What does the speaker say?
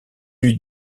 eût